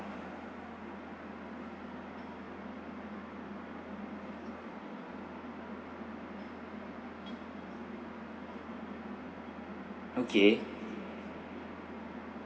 okay